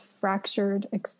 fractured